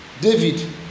David